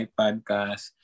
podcast